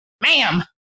ma'am